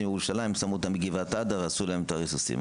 ירושלים?" שמו אותם בגבעת עדה ועשו להם את הריסוסים.